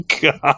God